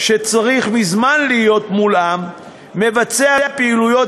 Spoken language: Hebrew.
שצריך מזמן להיות מולאם מבצע פעולות